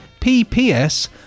PPS